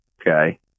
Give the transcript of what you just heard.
Okay